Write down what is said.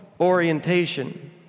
orientation